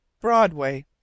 Broadway